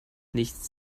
nichts